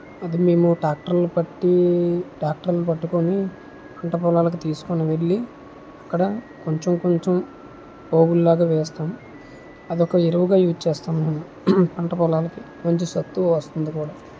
అది మేము ట్రాక్టర్ ని పట్టి ట్రాక్టర్ ని పట్టుకొని పంట పొలాలకి తీసుకొని వెళ్ళి అక్కడ కొంచెం కొంచెం పోగుల్లాగా వేస్తాము అదొక ఎరువుగా యూజ్ చేస్తాము మనం పంట పొలాలకి కొంచెం సత్తువు వస్తుంది కూడా